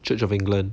church of england